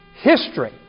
history